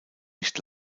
nicht